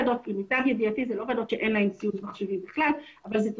למיטב ידיעתי אלה לא ועדות שאין להן ציוד מחשבים בכלל אלא זאת תוספת.